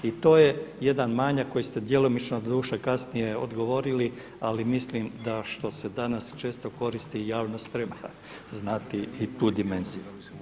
I to je jedan manjak koji ste djelomično doduše kasnije odgovorili, ali mislim da što se danas često koristi javnost treba znati i tu dimenziju.